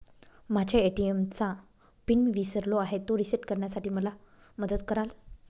माझ्या ए.टी.एम चा पिन मी विसरलो आहे, तो रिसेट करण्यासाठी मला मदत कराल?